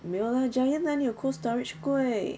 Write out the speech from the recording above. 没有啦 Giant 哪里有 Cold storage 贵